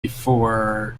before